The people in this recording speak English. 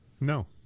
No